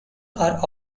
are